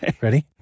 Ready